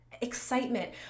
excitement